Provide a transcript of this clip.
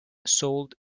sold